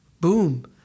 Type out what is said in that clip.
Boom